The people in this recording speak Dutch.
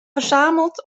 verzameld